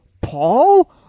Paul